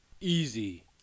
easy